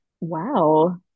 Wow